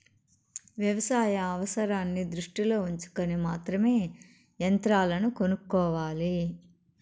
వ్యవసాయ అవసరాన్ని దృష్టిలో ఉంచుకొని మాత్రమే యంత్రాలను కొనుక్కోవాలి